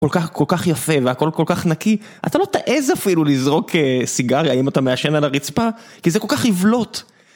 כל כך יפה והכל כל כך נקי, אתה לא תעז אפילו לזרוק סיגריה אם אתה מעשן, על הרצפה, כי זה כל כך יבלוט